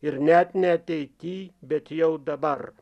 ir net ne ateity bet jau dabar